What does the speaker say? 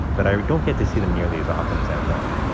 but i don't get to see them nearly as often as i want.